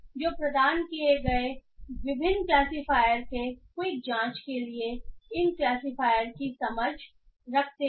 जो प्रदान किए गए विभिन्न क्लासिफायर के क्विक जांच के लिए इन क्लासिफायर की समझ रखते हैं